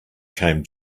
came